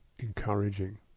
encouraging